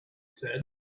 said